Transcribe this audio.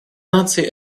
наций